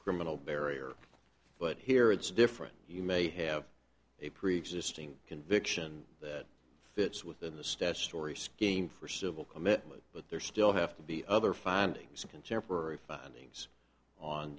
criminal barrier but here it's different you may have a preexisting conviction that fits with the steps story skiing for civil commitment but there still have to be other findings of contemporary things on